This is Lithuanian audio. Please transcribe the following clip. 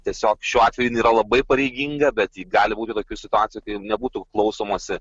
tiesiog šiuo atveju jinai yra labai pareiginga bet ji gali būti tokių situacijų kai nebūtų klausomasi